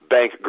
Bank